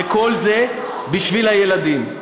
וכל זה בשביל הילדים.